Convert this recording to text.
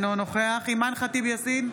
אינו נוכח אימאן ח'טיב יאסין,